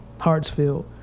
Hartsfield